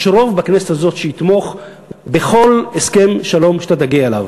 יש רוב בכנסת הזאת שיתמוך בכל הסכם שלום שאתה תגיע אליו.